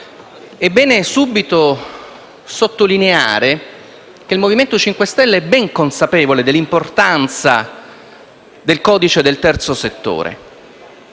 È bene subito sottolineare che il MoVimento 5 Stelle è ben consapevole dell'importanza del codice del terzo settore.